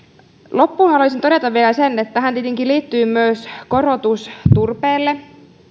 loppuun haluaisin todeta vielä sen että tähän tietenkin liittyy myös korotus turpeelle